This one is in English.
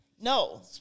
No